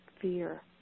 fear